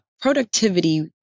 productivity